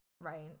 Right